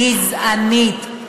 גזענית.